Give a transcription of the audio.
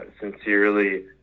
sincerely